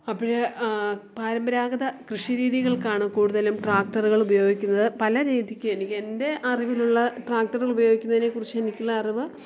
അപ്പോൾ പരമ്പരാഗത കൃഷി രീതികൾക്കാണ് കൂടുതലും ട്രാക്ടറുകൾ ഉപയോഗിക്കുന്നത് പല രീതിക്ക് എനിക്ക് എൻ്റെ അറിവിലുള്ള ട്രാക്ടർ ഉപയോഗിക്കുന്നതിനെ കുറിച്ച് എനിക്കുള്ള അറിവ്